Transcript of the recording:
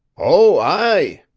oh, aye,